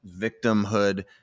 victimhood